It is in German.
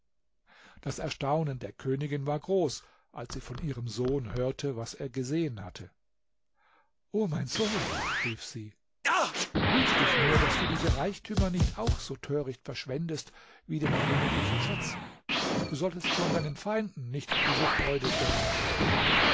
das erstaunen der königin war groß als sie von ihrem sohn hörte was er gesehen hatte o mein sohn rief sie hüte dich nur daß du diese reichtümer nicht auch so töricht verschwendest wie den königlichen schatz du solltest schon deinen feinden nicht diese freude gönnen